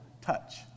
touch